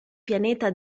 pianeta